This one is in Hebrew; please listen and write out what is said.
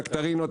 נקטרינות,